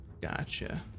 Gotcha